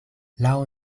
laŭ